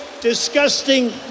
disgusting